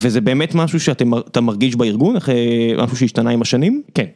וזה באמת משהו שאתה מרגיש בארגון אחרי, שהשתנה עם השנים כן.